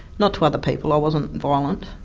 not to other people, i wasn't violent,